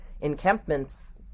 encampments